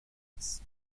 cars